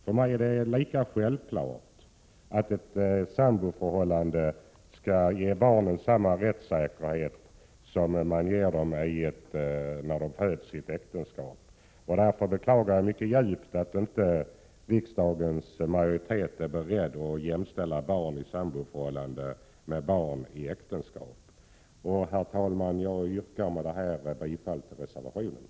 För mig är det självklart att barnen i ett samboförhållande skall ges samma rättssäkerhet som barn födda i ett äktenskap. Jag beklagar djupt att riksdagens majoritet inte är beredd att jämställa barn i samboförhållande med barn i äktenskap. Herr talman! Med detta yrkar jag bifall till reservationen.